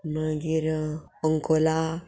मागीर अंकोला